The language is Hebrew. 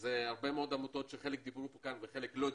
וזה הרבה מאוד עמותות שחלק מהן דיברו כאן וחלק לא דיברו.